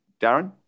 Darren